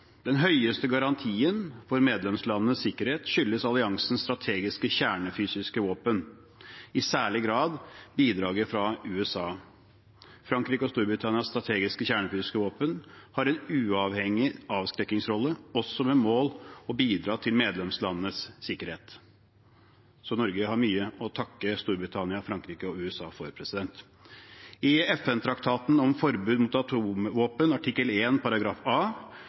Den høyeste garantien for medlemslandenes sikkerhet skyldes alliansens strategiske kjernefysiske våpen, i særlig grad bidraget fra USA. Frankrike og Storbritannias strategiske kjernefysiske våpen har en uavhengig avskrekkingsrolle, også med mål om å bidra til medlemslandenes sikkerhet. Så Norge har mye å takke Storbritannia, Frankrike og USA for. I FN-traktaten om forbud mot atomvåpen, artikkel